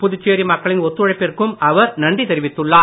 புதுச்சேரி மக்களின் ஒத்துழைப்பிற்கும் அவர் நன்றி தெரிவித்துள்ளார்